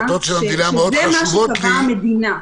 שזה מה שקבעה המדינה.